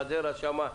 חדרה שם,